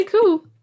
cool